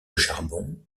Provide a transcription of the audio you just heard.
charbon